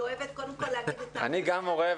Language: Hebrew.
אני אוהבת קודם כל להגיד --- אני גם מורה,